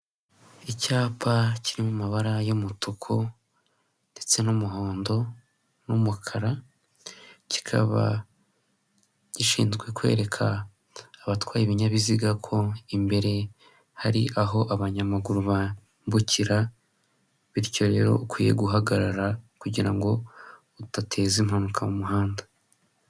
Icyapa kiri mu mabara y'umutuku ndetse n'umuhondo n'umukara, kikaba gishinzwe kwereka abatwaye ibinyabiziga ko imbere hari aho abanyamaguru bambukira; bityo rero ukwiye guhagarara kugira ngo udateza impanuka mu muhanda.